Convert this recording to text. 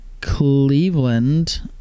Cleveland